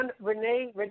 Renee